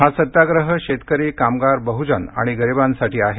हा सत्याग्रह शेतकरी कामगार बहुजन आणि गरिबांसाठी आहे